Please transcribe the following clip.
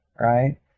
right